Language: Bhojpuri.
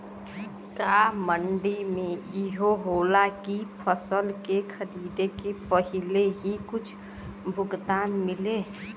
का मंडी में इहो होला की फसल के खरीदे के पहिले ही कुछ भुगतान मिले?